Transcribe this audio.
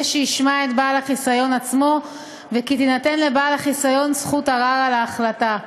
שישמע את בעל החיסיון עצמו וכי תינתן לבעל החיסיון זכות ערר על ההחלטה.